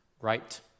right